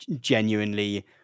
genuinely